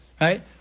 Right